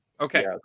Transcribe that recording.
okay